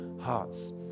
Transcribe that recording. hearts